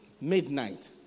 midnight